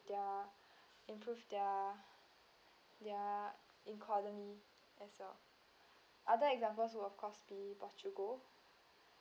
their improve their their economy as well other examples will of course be portugal